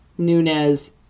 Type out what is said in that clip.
nunez